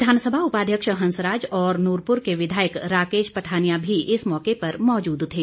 विधानसभा उपाध्यक्ष हंसराज और नूरपुर के विधायक राकेश पठानिया भी इस मौके पर मौजूद थे